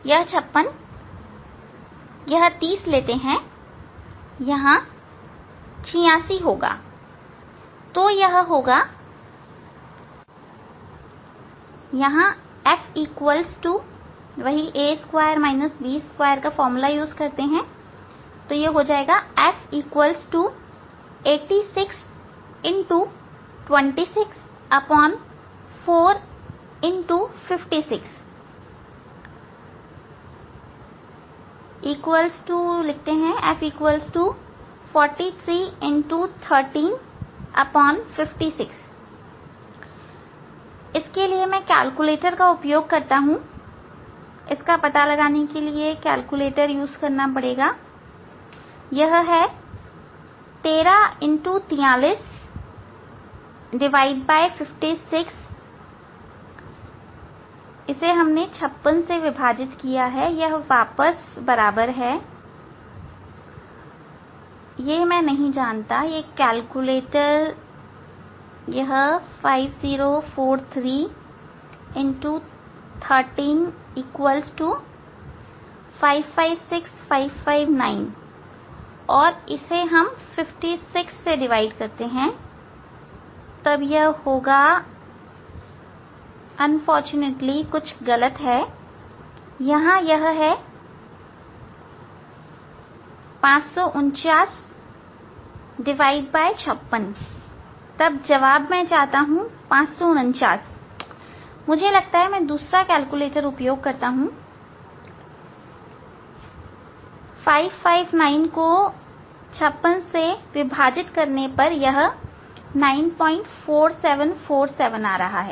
यह 56 चलिए 30 लेते यहां 86 होगा तो यह होगा f 8626456 431356 431356 अब मैं केलकुलेटर का उपयोग करता हूं इसका पता लगाने के लिए मैं केलकुलेटर का उपयोग करता हूं यह है 134356 हमने गणना की 56 से विभाजित किया यह वापस बराबर है यह मैं नहीं जानता यह केलकुलेटर यह 504313 556559 और इसे हम 56 से विभाजित करते हैं तब होगा पर दुर्भाग्यवश कुछ गलत है यहां यह है 55956 तब जवाब में चाहता हूं 559 मुझे लगता है मैं दूसरा उपयोग करता हूं Refer Time 2455 559 को 56 से विभाजित करने पर यह 9474745 आ रहा है